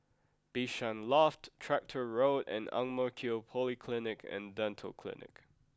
Bishan Loft Tractor Road and Ang Mo Kio Polyclinic and Dental Clinic